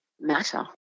matter